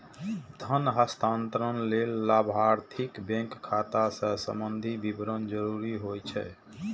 धन हस्तांतरण लेल लाभार्थीक बैंक खाता सं संबंधी विवरण जरूरी होइ छै